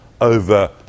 over